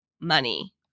money